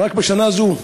רק בשנה זו,